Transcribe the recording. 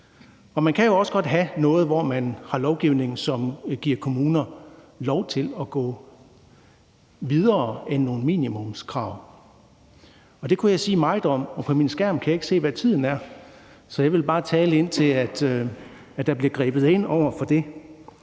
Man kan jo også godt have en lovgivning, som giver kommunerne lov til at gå videre end nogle minimumskrav. Det kunne jeg sige meget om, men på min skærm kan jeg ikke se, hvad tiden er, så jeg vil bare tale, indtil der bliver grebet ind over for det.